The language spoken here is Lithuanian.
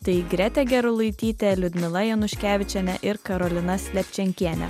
tai gretė gerulaitytė liudmila januškevičienė ir karolina slepčenkienė